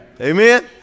Amen